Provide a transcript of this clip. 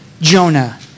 Jonah